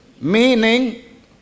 Meaning